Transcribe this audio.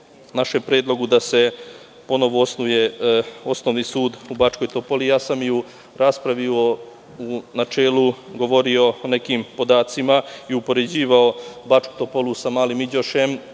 našem predlogu da se ponovo osnuje osnovni sud u Bačkoj Topoli. U raspravi u načelu govorio sam o nekim podacima i upoređivao Bačku Topolu sa Malim Iđošem,